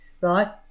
right